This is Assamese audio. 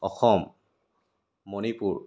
অসম মণিপুৰ